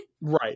Right